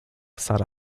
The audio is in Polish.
sara